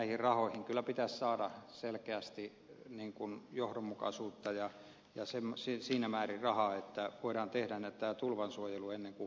näihin rahoihin kyllä pitäisi saada selkeästi johdonmukaisuutta ja pitäisi saada siinä määrin rahaa että voidaan tehdä tämä tulvasuojelu ennen kuin pori hukkuu